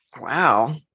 wow